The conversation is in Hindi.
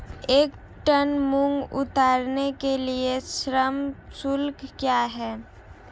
एक टन मूंग उतारने के लिए श्रम शुल्क क्या है?